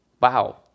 Wow